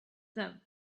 them